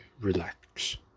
relax